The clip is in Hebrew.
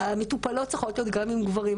המטופלות צריכות להיות גם עם גברים.